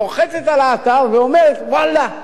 לוחצת באתר ואומרת: ואללה,